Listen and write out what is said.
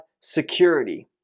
security